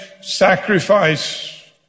sacrifice